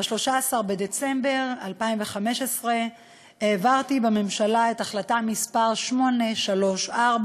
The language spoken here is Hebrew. ב-13 בדצמבר 2015 העברתי בממשלה את החלטה מס' 834,